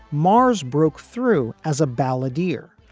mars broke through as a balladeer,